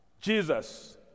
Jesus